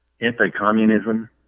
anti-communism